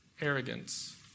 arrogance